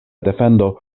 defendo